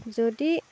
যদি